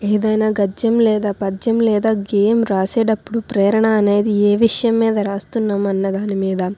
ఏదైనా గద్యం లేదా పద్యం లేదా గేయం రాసేటప్పుడు ప్రేరణ అనేది ఏ విషయం మీద రాస్తున్నామన్నదానిమీద